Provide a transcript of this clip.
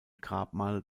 grabmal